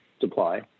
supply